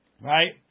Right